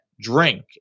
drink